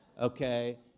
okay